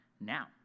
now